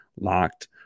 locked